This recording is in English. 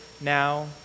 now